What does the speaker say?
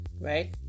right